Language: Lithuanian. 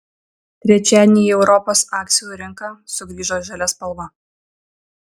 trečiadienį į europos akcijų rinką sugrįžo žalia spalva